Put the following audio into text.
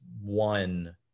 one